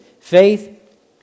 Faith